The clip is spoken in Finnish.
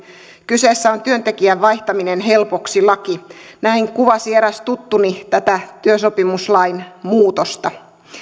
kyseessä on työntekijän vaihtaminen helpoksi laki näin kuvasi eräs tuttuni tätä työsopimuslain muutosta